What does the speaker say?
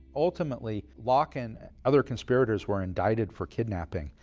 ultimately, locke and other conspirators were indicted for kidnapping.